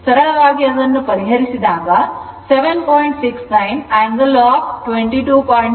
ಆದ್ದರಿಂದ I V Z 100 angle 0 Z1 Z2 Z 3